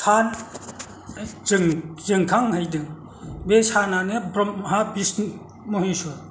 सान जोंखांहैदों बे सानआनो ब्रह्म बिष्णु महेस्व'र